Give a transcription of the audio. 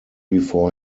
before